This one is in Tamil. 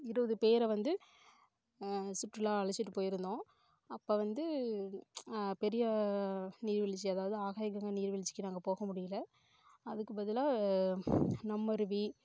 இருபது பேரை வந்து சுற்றுலா அழைச்சிகிட்டு போயிருந்தோம் அப்போ வந்து பெரிய நீர்வீழ்ச்சி அதாவது ஆகாயகங்கை நீர்வீழ்ச்சிக்கு நாங்கள் போக முடியலை அதுக்கு பதிலாக நம்மருவி